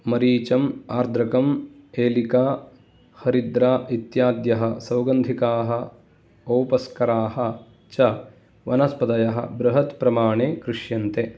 मरिचम् आर्द्रकम् एलिका हरिद्रा इत्याद्यः सौगन्धिकाः औपस्कराः च वनस्पतयः बृहत् प्रमाणे कृष्यन्ते